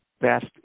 best